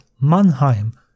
Mannheim